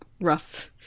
rough